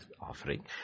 offering